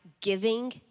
giving